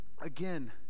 again